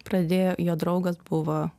pradėjo jo draugas buvo